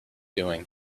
doing